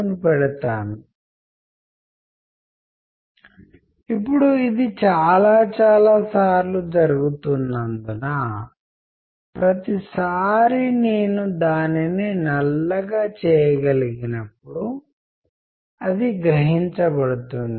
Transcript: ఇప్పుడు తరచుగా ఇది అతిశయోక్తితో కూడిన ఉదాహరణ అయినప్పటికీ చాలాసార్లు మనం ఒక వస్తువు చూస్తున్నప్పుడుఏదైనా సందర్భంలో సందేశం ఏదైనా సందర్భంలో అది చాలా ఖచ్చితంగా ఉంటే తప్పా ఒక్క దాని కన్నా ఎక్కువ ఇంటర్ప్రిటేషన్లు సుసాధ్యం